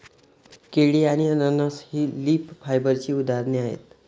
केळी आणि अननस ही लीफ फायबरची उदाहरणे आहेत